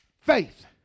Faith